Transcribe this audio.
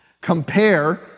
compare